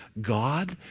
God